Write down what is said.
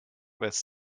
with